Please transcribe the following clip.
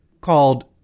called